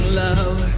love